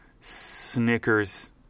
Snickers